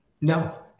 no